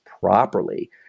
properly